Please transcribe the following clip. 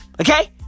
Okay